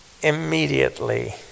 immediately